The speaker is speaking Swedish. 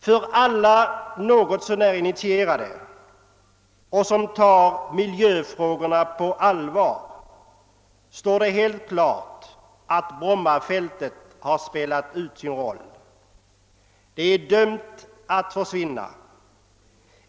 För alla något så när initierade som tar miljöfrågorna på allvar står det helt klart att Brommafältet har spelat ut sin roll och är dömt att försvinna.